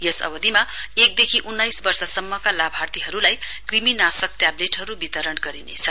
यस अवधिमा एकदेखि उन्नाइस वर्षसम्मका लाभार्थीहरुलाई कृमि नाशक ट्याबलेटहरु नितरण गरिनेछ